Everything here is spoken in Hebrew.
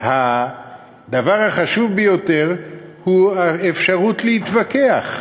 הדבר החשוב ביותר הוא האפשרות להתווכח,